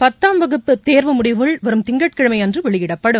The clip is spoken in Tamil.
பத்தாம் வகுப்பு தேர்வு முடிவுகள் வரும் திங்கட்கிழமை அன்று வெளியிடப்படும்